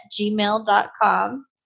gmail.com